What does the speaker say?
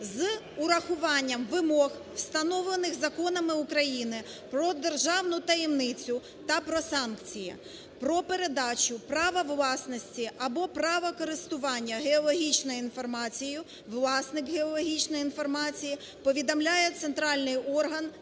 з урахуванням вимог, встановлених законами України про державну таємницю та про санкції, про передачу права власності або право користування геологічною інформацією. Власник геологічної інформації повідомляє в центральний орган